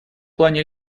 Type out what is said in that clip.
плане